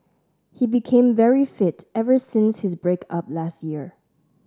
he became very fit ever since his break up last year